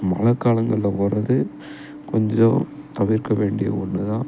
மழக்காலங்கள்ல போகறது கொஞ்சம் தவிர்க்க வேண்டிய ஒன்று தான்